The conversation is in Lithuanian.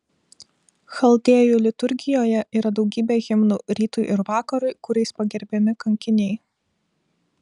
chaldėjų liturgijoje yra daugybė himnų rytui ir vakarui kuriais pagerbiami kankiniai